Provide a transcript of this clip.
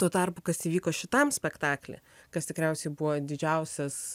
tuo tarpu kas įvyko šitam spektakly kas tikriausiai buvo didžiausias